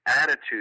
attitude